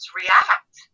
react